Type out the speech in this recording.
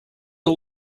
all